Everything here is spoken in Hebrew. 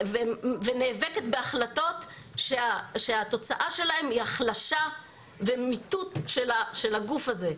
ונאבקת בהחלטות שהתוצאה שלהן היא החלשה ומיטוט של הגוף הזה.